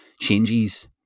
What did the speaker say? changes